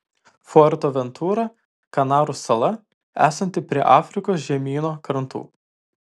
fuerteventura kanarų sala esanti prie afrikos žemyno krantų